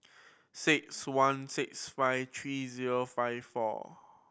six one six five three zero five four